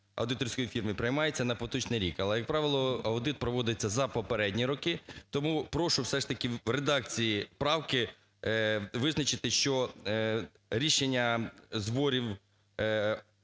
аудиторської фірми приймається на поточний рік. Але, як правило, аудит проводиться за попередні роки, тому прошу все ж таки в редакції правки визначити, що рішення зборів